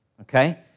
Okay